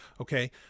okay